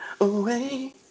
away